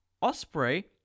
Osprey